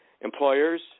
employers